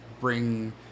bring